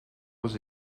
was